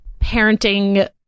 parenting